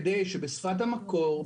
כדי שבשפת המקור,